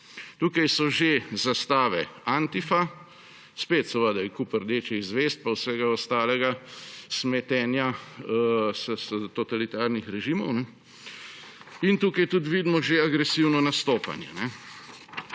Tukaj so že zastave Antifa, spet seveda kup rdečih zvezd pa vsega ostalega smetenja iz totalitarnih režimov in tukaj tudi vidimo že agresivno nastopanje.